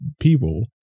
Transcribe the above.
people